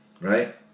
right